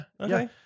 okay